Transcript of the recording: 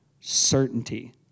certainty